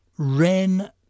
Ren